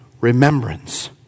remembrance